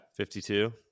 52